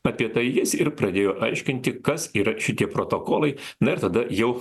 apie tai jis ir pradėjo aiškinti kas ir šitie protokolai na ir tada jau